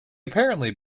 apparently